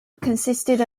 consisted